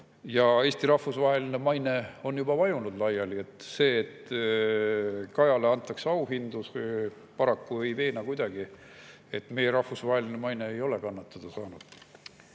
ja Eesti rahvusvaheline maine on juba laiali vajunud. See, et Kajale antakse auhindu, paraku ei veena kuidagi, et meie rahvusvaheline maine ei ole kannatada saanud.